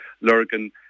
Lurgan